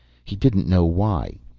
he didn't know why.